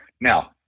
Now